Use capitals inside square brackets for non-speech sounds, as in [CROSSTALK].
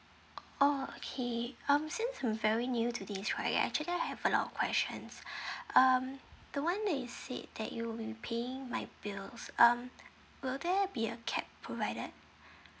oh okay um since I'm very new to this actually I have a lot of questions [BREATH] um the one that you said that you will be paying my bills um will there be a cap provided